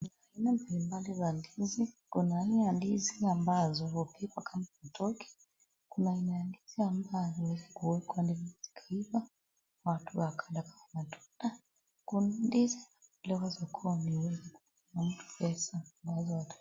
kuna aina mbalimbali za ndizi . Kuna aina za ndizi ambazo hupikwa kama matoke , kuna aina ya ndizi ambayo huwezwa kuwekwa mpaka ikaiva watu waweze kula matunda